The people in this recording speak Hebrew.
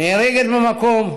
נהרגת במקום,